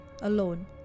alone